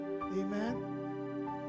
Amen